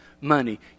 money